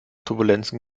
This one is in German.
turbulenzen